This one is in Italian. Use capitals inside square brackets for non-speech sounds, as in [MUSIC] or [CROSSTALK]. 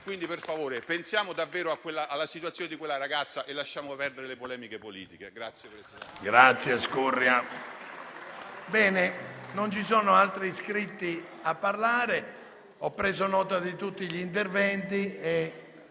Quindi, per favore, pensiamo davvero alla situazione di quella ragazza e lasciamo perdere le polemiche politiche. [APPLAUSE]